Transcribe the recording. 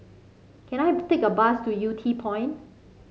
can I take a bus to Yew Tee Point